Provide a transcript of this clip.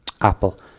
Apple